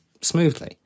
smoothly